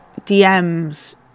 DMs